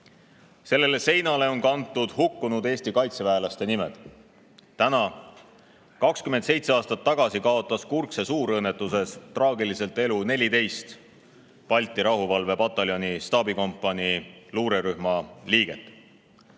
Sellele seinale on kantud hukkunud Eesti kaitseväelaste nimed. Täna 27 aastat tagasi kaotas Kurkse suurõnnetuses traagiliselt elu 14 Balti rahuvalvepataljoni staabikompanii luurerühma liiget.